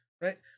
right